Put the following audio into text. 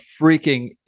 freaking